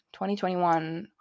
2021